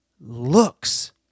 looks